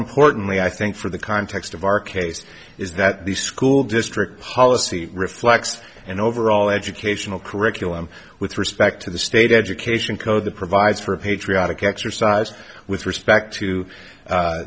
importantly i think for the context of our case is that the school district policy reflects an overall educational curriculum with respect to the state education code that provides for a patriotic exercise with respect to